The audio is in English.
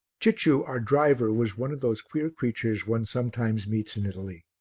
cicciu, our driver, was one of those queer creatures one sometimes meets in italy.